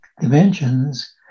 dimensions